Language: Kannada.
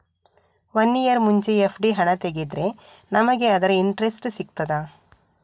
ವನ್ನಿಯರ್ ಮುಂಚೆ ಎಫ್.ಡಿ ಹಣ ತೆಗೆದ್ರೆ ನಮಗೆ ಅದರ ಇಂಟ್ರೆಸ್ಟ್ ಸಿಗ್ತದ?